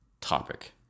topic